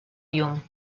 llum